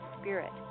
spirit